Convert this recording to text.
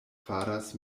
faras